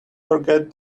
forget